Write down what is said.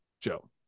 Joe